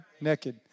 naked